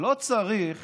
לא צריך